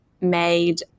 made –